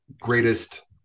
greatest